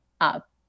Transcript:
up